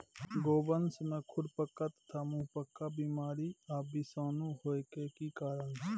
गोवंश में खुरपका तथा मुंहपका बीमारी आ विषाणु होय के की कारण छै?